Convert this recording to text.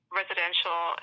residential